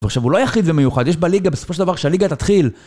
ועכשיו הוא לא היחיד ומיוחד, בסופו של דבר כשהליגה תתחיל